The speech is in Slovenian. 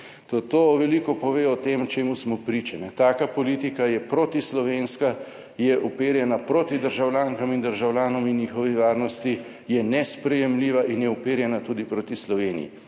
to veliko pove o tem čemu smo priča. Taka politika je proti slovenska je uperjena proti državljankam in državljanom in njihovi varnosti, je nesprejemljiva in je uperjena tudi proti Sloveniji.